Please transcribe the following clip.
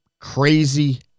crazy